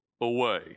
away